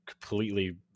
completely